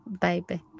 baby